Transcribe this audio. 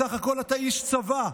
בסך הכול אתה איש צבא.